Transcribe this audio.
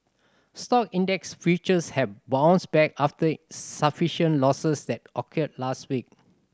stock index futures have bounced back after sufficient losses that occurred last week